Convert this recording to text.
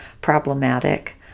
problematic